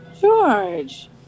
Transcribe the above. George